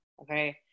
Okay